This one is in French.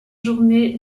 journée